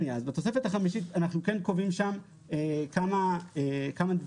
בתוספת החמישית אנחנו כן קובעים כמה דברים.